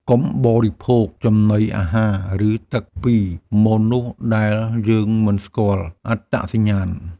កុំបរិភោគចំណីអាហារ ឬទឹកពីមនុស្សដែលយើងមិនស្គាល់អត្តសញ្ញាណ។